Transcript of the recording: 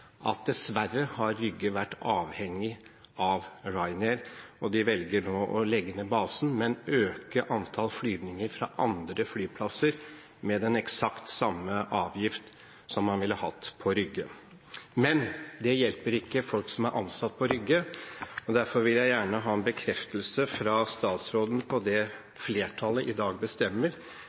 at Rygge dessverre har vært avhengig av Ryanair, som nå velger å legge ned basen, men øker antallet flyvninger fra andre flyplasser – med den eksakt samme avgiften som man ville hatt på Rygge. Men det hjelper ikke folk som er ansatt på Rygge. Derfor vil jeg gjerne ha en bekreftelse fra statsråden på det flertallet i dag bestemmer,